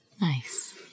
Nice